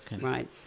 right